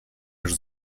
już